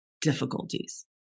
difficulties